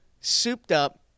souped-up